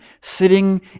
sitting